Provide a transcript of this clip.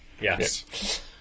Yes